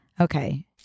Okay